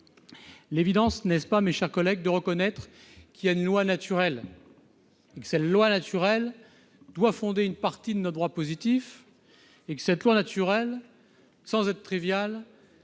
L'évidence n'est-elle pas, mes chers collègues, de reconnaître qu'il y a une loi naturelle et que celle-ci doit fonder une partie de notre droit positif ? Cette loi naturelle, sans être triviale,